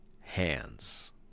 hands